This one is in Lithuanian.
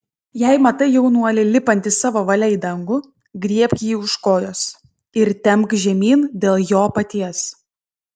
jei matai jaunuolį lipantį savo valia į dangų griebk jį už kojos ir temk žemyn dėl jo paties